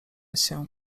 się